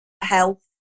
health